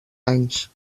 anys